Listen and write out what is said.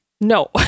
no